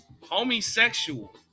Homosexual